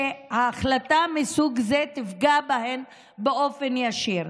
שהחלטה מסוג זה תפגע בהם באופן ישיר.